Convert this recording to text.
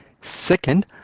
Second